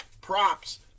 Props